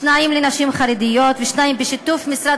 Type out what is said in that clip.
שניים לנשים חרדיות ושניים בשיתוף משרד